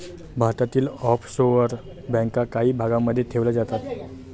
भारतातील ऑफशोअर बँका काही भागांमध्ये ठेवल्या जातात